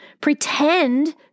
Pretend